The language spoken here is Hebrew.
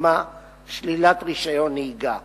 לדוגמה שלילת רשיון הנהיגה